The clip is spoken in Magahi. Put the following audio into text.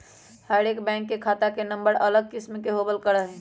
हर एक बैंक के खाता के नम्बर अलग किस्म के होबल करा हई